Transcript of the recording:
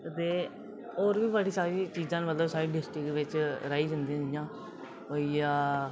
ते होर बी बड़ी सारियां चीजां न मतलब साढ़ी डिस्ट्रिक राही जंदियां न जि'यां होई गेआ